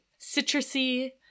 citrusy